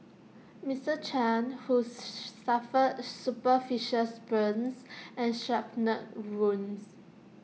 Mister chan who suffered superficial burns and shrapnel wounds